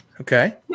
Okay